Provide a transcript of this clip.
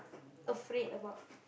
afraid about